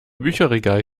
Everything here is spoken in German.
bücherregal